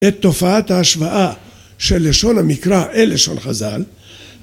את תופעת ההשוואה של לשון המקרא אל לשון חז"ל